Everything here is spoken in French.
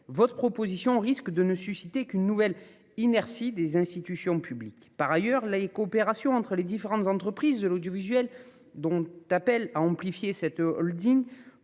-, ce texte risque de ne susciter qu'une nouvelle inertie des institutions publiques. Par ailleurs, les coopérations entre les différentes entreprises de l'audiovisuel, que ce projet de holding